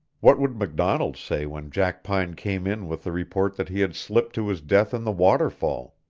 what would macdonald say when jackpine came in with the report that he had slipped to his death in the waterfall?